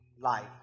life